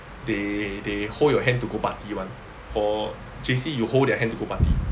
they they hold your hand to go party one for J_C you hold their hand to go party